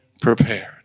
prepared